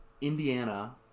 Indiana